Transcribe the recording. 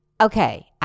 okay